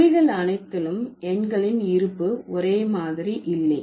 மொழிகள் அனைத்திலும் எண்களின் இருப்பு ஒரே மாதிரி இல்லை